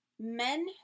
Men